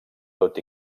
tot